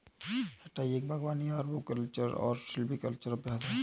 छंटाई एक बागवानी अरबोरिकल्चरल और सिल्वीकल्चरल अभ्यास है